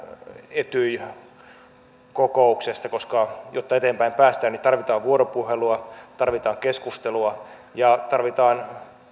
etyj kokouksesta koska jotta eteenpäin päästään tarvitaan vuoropuhelua tarvitaan keskustelua ja tarvitaan